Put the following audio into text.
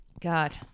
God